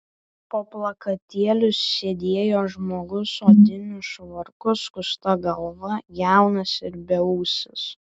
po plakatėliu sėdėjo žmogus odiniu švarku skusta galva jaunas ir beūsis